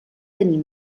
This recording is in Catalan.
tenir